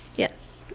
yes?